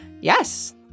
yes